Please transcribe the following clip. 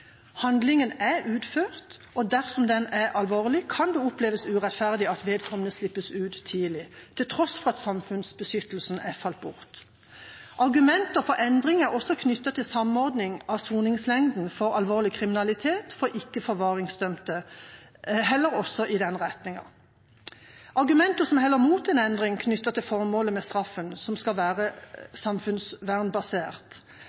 Handlingen er utført, og dersom den er alvorlig, kan det oppleves urettferdig at vedkommende slippes ut tidlig, til tross for at samfunnsbeskyttelsen er falt bort. Argumenter for endring knyttet til samordning av soningslengden for alvorlig kriminalitet for ikke-forvaringsdømte heller også i den retningen. Argumenter som heller mot en endring, er knyttet til formålet med straffen, som skal